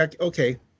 okay